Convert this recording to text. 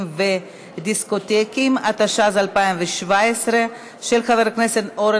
41 חברי כנסת בעד,